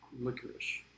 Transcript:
licorice